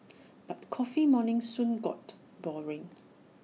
but coffee mornings soon got boring